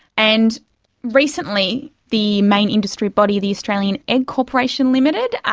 and recently the main industry body, the australian egg corporation ltd,